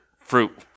fruit